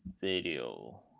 video